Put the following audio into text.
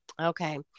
Okay